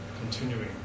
continuing